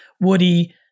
Woody